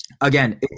Again